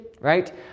right